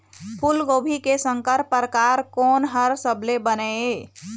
फूलगोभी के संकर परकार कोन हर सबले बने ये?